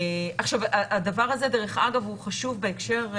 עכשיו, הדבר הזה, דרך אגב, הוא חשוב בהקשר,